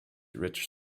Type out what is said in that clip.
rich